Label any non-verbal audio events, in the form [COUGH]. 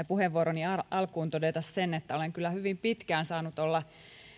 [UNINTELLIGIBLE] puheenvuoroni alkuun todeta sen että olen kyllä hyvin pitkään saanut olla